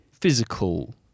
physical